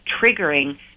triggering